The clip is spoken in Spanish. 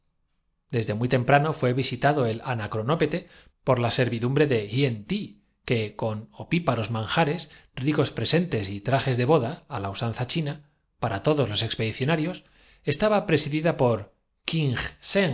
desde muy temprano fué visitado el anacronópete renovar las luchas de los gorros amarillos y se propone por la servidumbre de ilien ti que con opíparos man exterminaros apenas verificada la ceremonia nupcial jares ricos presentes y trajesde boda á la usanza china esta boda no la lleva á cabo más que para saciar un para todos los expedicionarios estaba presidida por